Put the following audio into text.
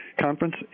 conference